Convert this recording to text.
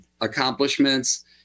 accomplishments